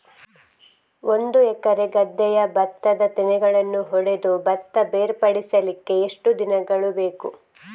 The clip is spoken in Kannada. ಒಂದು ಎಕರೆ ಗದ್ದೆಯ ಭತ್ತದ ತೆನೆಗಳನ್ನು ಹೊಡೆದು ಭತ್ತ ಬೇರ್ಪಡಿಸಲಿಕ್ಕೆ ಎಷ್ಟು ದಿನಗಳು ಬೇಕು?